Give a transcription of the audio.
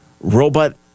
Robot